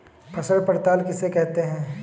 फसल पड़ताल किसे कहते हैं?